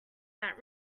that